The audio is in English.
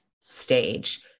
stage